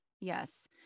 yes